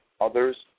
others